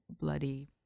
bloody